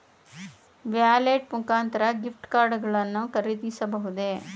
Wallet ಮುಖಾಂತರ gift card ಗಳನ್ನು ಖರೀದಿಸಬಹುದೇ?